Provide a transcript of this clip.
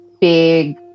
big